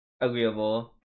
agreeable